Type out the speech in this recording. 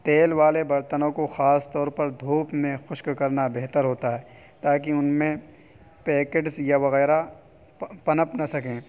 تیل والے برتنوں کو خاص طور پر دھوپ میں خشک کرنا بہتر ہوتا ہے تاکہ ان میں پیکڈس یا وغیرہ پنپ نہ سکیں